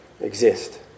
exist